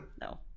no